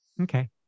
Okay